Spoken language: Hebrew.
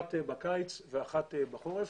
אחת בקיץ ואחת בחורף.